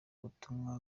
butumwa